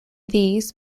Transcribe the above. these